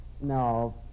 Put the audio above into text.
No